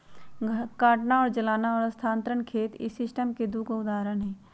काटना और जलाना और स्थानांतरण खेत इस सिस्टम के दु उदाहरण हई